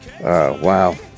Wow